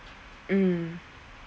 mm